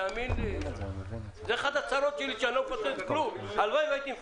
לא הבנתי למה ב-160 מכסות אתה מגביל ב-30% ללולים ללא כלובים.